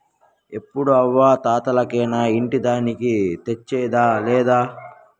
ఎప్పుడూ అవ్వా తాతలకేనా ఇంటి దానికి తెచ్చేదా లేదా